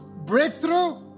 Breakthrough